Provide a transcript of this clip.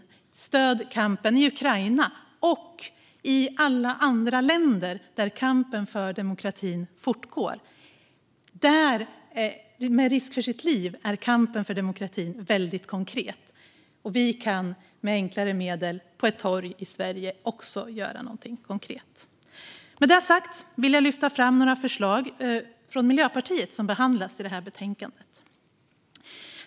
Och stöd kampen i Ukraina och alla andra länder där kampen för demokratin fortgår! Där är kampen, med risk för det egna livet, väldigt konkret. Med enklare medel kan vi i Sverige också göra något konkret, på ett torg. Med det sagt vill jag lyfta fram några förslag från Miljöpartiet som behandlas i detta betänkande.